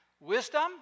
wisdom